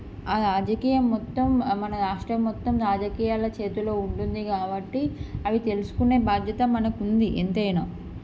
ఆ రాజకీయం మొత్తం మన రాష్ట్రం మొత్తం రాజకీయాల చేతిలో ఉంటుంది కాబట్టి అవి తెలుసుకునే బాధ్యత మనకి ఉంది ఎంతైనా